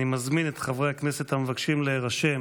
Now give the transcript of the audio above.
אני מזמין את חברי הכנסת המבקשים להירשם